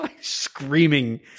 screaming